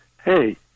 Hey